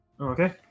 Okay